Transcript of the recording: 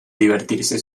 divertirse